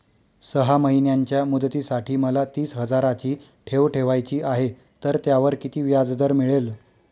सहा महिन्यांच्या मुदतीसाठी मला तीस हजाराची ठेव ठेवायची आहे, तर त्यावर किती व्याजदर मिळेल?